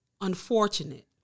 unfortunate